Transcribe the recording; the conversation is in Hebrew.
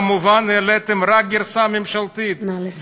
וכמובן העליתם רק את הגרסה הממשלתית, נא לסיים.